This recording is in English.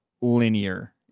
linear